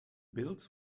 bills